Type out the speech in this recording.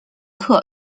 乘客